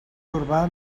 urbà